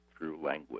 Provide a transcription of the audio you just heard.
language